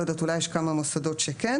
לא יודעת אולי יש כמה מוסדות שכן,